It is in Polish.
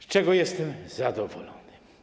Z czego jestem zadowolony?